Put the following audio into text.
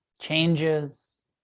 changes